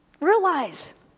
realize